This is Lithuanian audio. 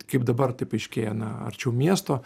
kaip dabar taip aiškėja na arčiau miesto